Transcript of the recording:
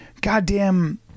goddamn